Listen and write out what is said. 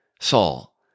Saul